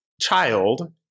child